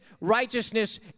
righteousness